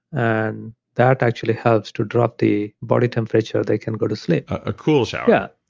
and that actually helps to drop the body temperature they can go to sleep a cool shower yeah.